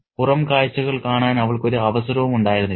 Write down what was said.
പുറം കാഴ്ചകൾ കാണാൻ അവൾക്ക് ഒരു അവസരവും ഉണ്ടായിരുന്നില്ല